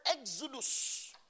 exodus